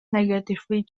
negatively